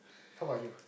how about you